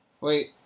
Wait